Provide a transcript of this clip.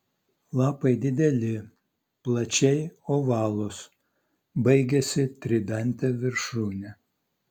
lapai dideli plačiai ovalūs baigiasi tridante viršūne